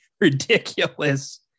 ridiculous